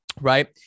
right